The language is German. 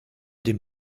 dem